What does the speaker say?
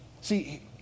See